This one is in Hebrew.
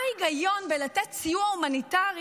מה ההיגיון בלתת סיוע הומניטרי,